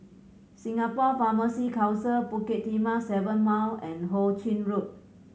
Singapore Pharmacy Council Bukit Timah Seven Mile and Ho Ching Road